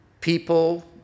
people